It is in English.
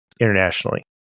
internationally